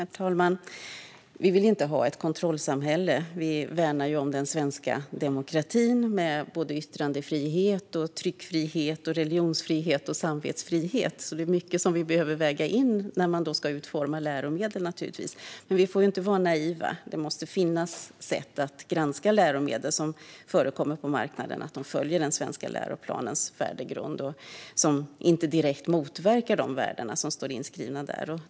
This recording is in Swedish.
Herr talman! Vi vill inte ha ett kontrollsamhälle. Vi värnar om den svenska demokratin med både yttrandefrihet, tryckfrihet, religionsfrihet och samvetsfrihet. Det är alltså mycket vi behöver väga in i hur man ska utforma läromedel. Men vi får inte vara naiva. Det måste finnas sätt att granska om de läromedel som förekommer på marknaden följer den svenska läroplanens värdegrund och inte direkt motverkar de värden som står inskrivna där.